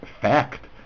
fact